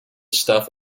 stuff